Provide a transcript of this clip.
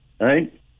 right